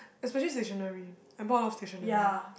especially stationary I bought a lot of stationary